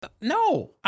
no